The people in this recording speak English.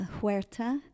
Huerta